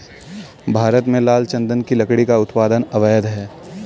भारत में लाल चंदन की लकड़ी का उत्पादन अवैध है